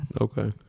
Okay